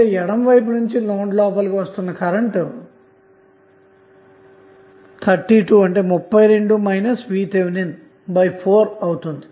అయితే ఎడమ వైపు నుంచి నోడ్ లోపలకి వస్తున్న కరెంటు 32 VTh4అవుతుంది